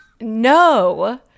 no